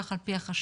כך על פי החשד,